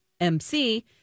MC